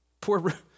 Poor